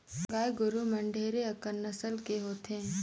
गाय गरुवा मन ढेरे अकन नसल के होथे